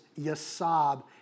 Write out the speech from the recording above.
yasab